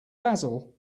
basil